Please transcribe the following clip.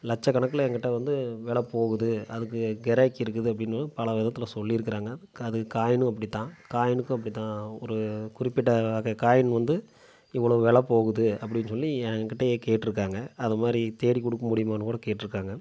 லட்சக்கணக்கில் எங்கிட்ட வந்து வெலை போகுது அதுக்கு கிராக்கி இருக்குது அப்படின்னு பல விதத்தில் சொல்லிருக்கிறாங்க அது காயினும் அப்படிதான் காயினுக்கும் அப்படிதான் ஒரு குறிப்பிட்ட வகை காயின் வந்து இவ்வளவு வெலை போகுது அப்படின்னு சொல்லி எங்கிட்டயே கேட்டிருக்காங்க அது மாதிரி தேடி கொடுக்க முடியுமான்னு கூட கேட்டிருக்காங்க